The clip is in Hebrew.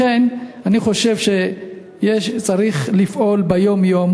לכן אני חושב שצריך לפעול ביום-יום,